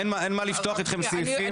אין מה לפתוח אתכם סעיפים.